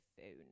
phone